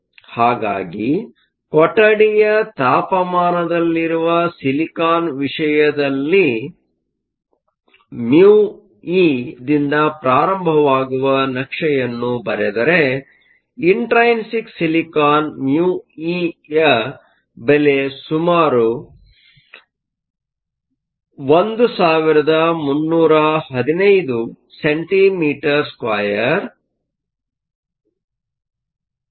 ಹಾಗಾಗಿಕೊಠಡಿಯ ತಾಪಮಾನದಲ್ಲಿರುವ ಸಿಲಿಕಾನ್ ವಿಷಯದಲ್ಲಿ μe ದಿಂದ ಪ್ರಾರಂಭವಾಗುವ ನಕ್ಷೆಯನ್ನು ಬರೆದರೆಇಂಟ್ರೈನ್ಸಿಕ್ ಸಿಲಿಕಾನ್Intrinsic Silicon μe ಯ ಬೆಲೆ ಸುಮಾರು 1315 cm2V 1s 1 ಆಗಿದೆ